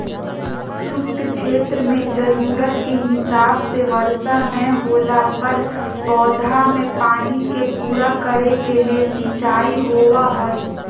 शुष्क क्षेत्र मेंजरूरत के हिसाब से वर्षा नय होला पर पौधा मे पानी के पूरा करे के ले सिंचाई होव हई